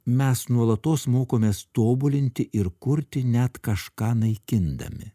mes nuolatos mokomės tobulinti ir kurti net kažką naikindami